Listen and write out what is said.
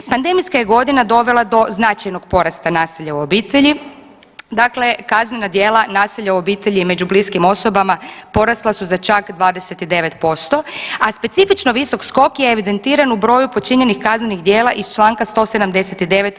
Pandemijska je godina dovela do značajnog porasta nasilja u obitelji, dakle kaznena djela nasilja u obitelji među bliskim osobama porasla su za čak 29%, a specifično visok skok je evidentiran u broju počinjenih kaznenih djela iz čl. 179.